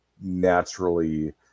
naturally